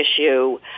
issue